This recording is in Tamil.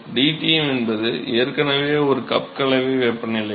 dTm என்பது ஏற்கனவே ஒரு கப் கலவை வெப்பநிலை